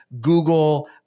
Google